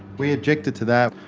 we objected to that.